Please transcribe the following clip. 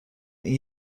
این